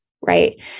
right